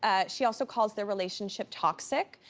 ah she also calls their relationship toxic.